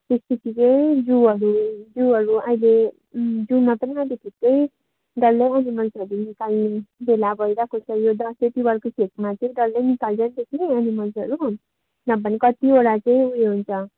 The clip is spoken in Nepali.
त्यस पछि चाहिँ जूहरू जूहरू अहिले जूमा पनि अहिले छिटै डल्लै आउने मान्छेहरू निकाल्ने बेला भइरहेको छ यो दशैँ तिहारको छेकमा चाहिँ डल्लै निकाल्दैछ कि एनिमल्सहरू नभए नि कतिवटा चाहिँ उयो हुन्छ